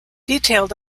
detailed